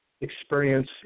experience